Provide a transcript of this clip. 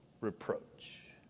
reproach